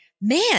man